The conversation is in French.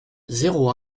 zéro